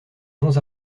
dons